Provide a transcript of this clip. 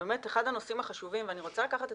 זה באמת אחד הנושאים החשובים ואני רוצה לקחת את